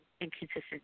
inconsistent